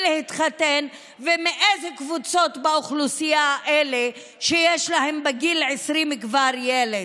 להתחתן ומאיזו קבוצות באוכלוסייה הם אלה שבגיל 20 כבר יש להם ילד.